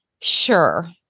Sure